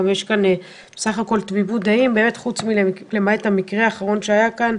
יש כאן תמימות דעים למעט המקרה האחרון שהיה כאן,